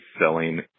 selling